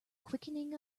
quickening